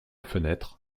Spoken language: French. fenêtre